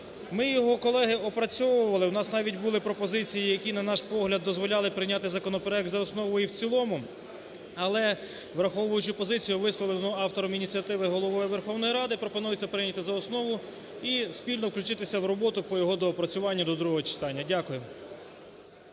Ми його, колеги, опрацьовували, у нас навіть були пропозиції, які, на наш погляд, дозволяли прийняти законопроект за основу і в цілому. Але, враховуючи позицію, висловлену автором ініціативи, Головою Верховної Ради, пропонується прийняти за основу і спільно включити в роботу по його доопрацюванні до другого читання. Дякую.